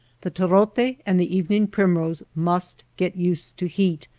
the torote and the evening primrose must get used to heat,